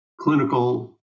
clinical